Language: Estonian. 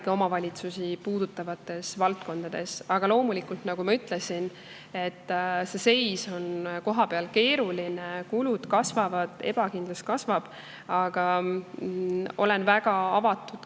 omavalitsusi puudutavates valdkondades. Aga loomulikult, nagu ma ütlesin, seis on kohapeal keeruline: kulud kasvavad, ebakindlus kasvab. Ent ma olen väga avatud